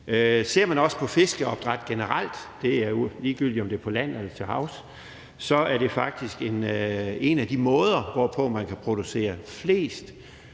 Ser man på fiskeopdræt generelt, og det er ligegyldigt, om det er på land eller til havs, så er det faktisk en af de måder, hvorpå man kan producere flest